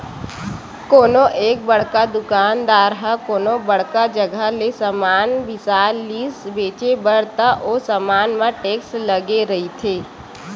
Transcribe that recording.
कोनो एक बड़का दुकानदार ह कोनो बड़का जघा ले समान बिसा लिस बेंचे बर त ओ समान म टेक्स लगे रहिथे